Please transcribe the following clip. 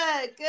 Good